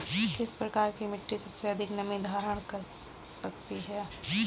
किस प्रकार की मिट्टी सबसे अधिक नमी धारण कर सकती है?